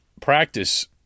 practice